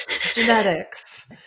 genetics